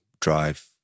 drive